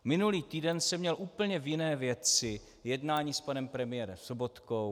Minulý týden jsem měl v úplně jiné věci jednání s panem premiérem Sobotkou.